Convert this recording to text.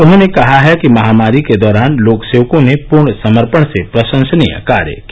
उन्होंने कहा है कि महामारी के दौरान लोकसेवकों ने पूर्ण समर्पण से प्रशसनीय कार्य किया